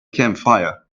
campfire